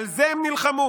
על זה הם נלחמו,